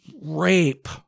rape